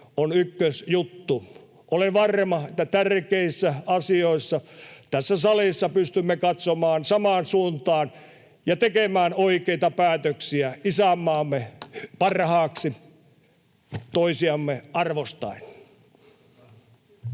Aika!] Olen varma, että tärkeissä asioissa tässä salissa pystymme katsomaan samaan suuntaan ja tekemään oikeita päätöksiä isänmaamme parhaaksi toisiamme arvostaen.